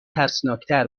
ترسناکتر